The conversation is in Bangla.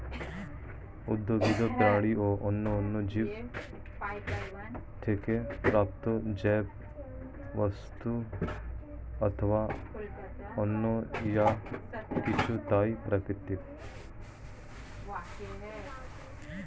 উদ্ভিদ, প্রাণী ও অন্যান্য জীব থেকে প্রাপ্ত জৈব বস্তু অথবা অন্য যা কিছু তাই প্রাকৃতিক